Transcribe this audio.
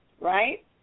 right